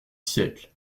siècle